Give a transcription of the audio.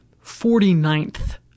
forty-ninth